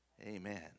Amen